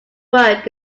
work